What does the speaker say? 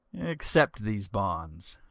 except these bonds.